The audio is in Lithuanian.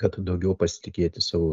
kad daugiau pasitikėti savo